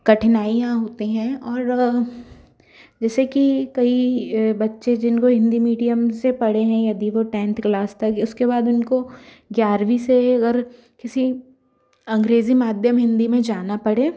कठिनाइयाँ होती हैं और जैसे कि कई बच्चे जिनको हिन्दी मीडियम से पढ़े हैं यदि वो टेंथ क्लास तक उसके बाद उनको ग्यारवीं से अगर किसी अंग्रेज़ी माद्यम हिन्दी में जाना पड़े